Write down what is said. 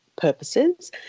purposes